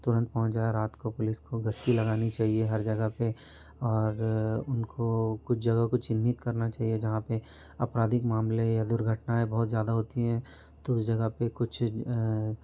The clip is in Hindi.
तुरंत पहुँच जाए रात को पुलिस को गश्त लगानी चाहिए हर जगह पे और उनको कुछ जगह को चिन्हित करना चाहिए जहाँ पे जहाँ पे अपराधिक मामले या दुर्घटनाएँ बहुत ज़्यादा होती हैं तो उस जगह पे कुछ